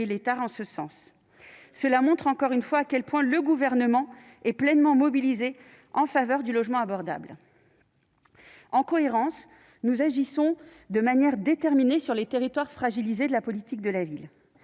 Très bien ! Cet exemple le confirme une nouvelle fois : le Gouvernement est pleinement mobilisé en faveur du logement abordable. En cohérence, nous agissons de manière déterminée dans les territoires fragilisés de la politique de ville.